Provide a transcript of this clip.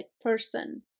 person